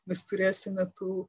mes turėsime tų